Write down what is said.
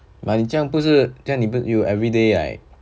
but 你这样不是这样你 you everyday like